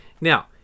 Now